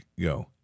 go